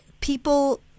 people